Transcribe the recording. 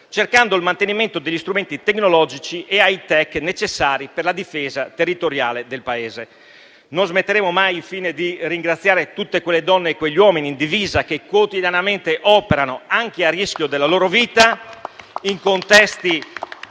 cercando il mantenimento degli strumenti tecnologici e *hi-tech* necessari per la difesa territoriale del Paese. Non smetteremo mai infine di ringraziare tutte quelle donne e quegli uomini in divisa che quotidianamente operano, anche a rischio della loro vita, in contesti